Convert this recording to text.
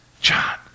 John